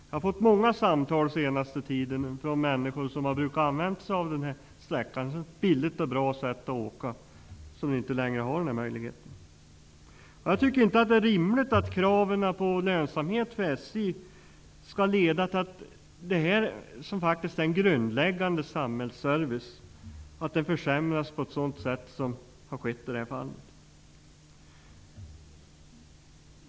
Jag har under den senaste tiden fått många samtal från människor vilka tidigare har åkt den här sträckan -- det har varit ett billigt och bra sätt att resa -- men som inte längre har den möjligheten. Det är inte rimligt att SJ:s lönsamhetskrav skall leda till att detta som faktiskt är en grundläggande samhällsservice skall försämras på det sätt som har skett i det här fallet.